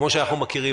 כמו שאנחנו מכירים,